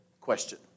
question